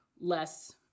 less